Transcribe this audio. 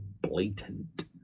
blatant